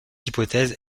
hypothèse